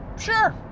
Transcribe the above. Sure